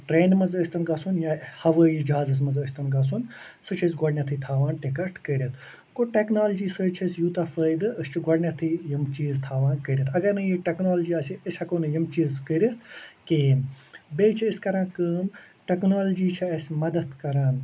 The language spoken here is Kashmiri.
ٹرٛینہِ منٛز ٲستن گَژھُن یا ہوٲیی جہازس منٛز ٲستن گَژھُن سُہ چھِ أسۍ گۄڈنٮ۪تھٕے تھاوان ٹکٹ کٔرِتھ گوٚو ٹٮ۪کنالجی سۭتۍ چھِ أسۍ یوتاہ فٲیدٕ أسۍ چھِ گۄڈنٮ۪تھٕے یِم چیٖز تھاوان کٔرِتھ اگر نہٕ یہِ تٮ۪کنالجی آسہِ أسۍ ہٮ۪کو کٔرِتھ کِہیٖنۍ بیٚیہِ چھِ أسۍ کَران کٲم ٹٮ۪کنالجی چھِ أسۍ مدتھ کَران